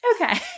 Okay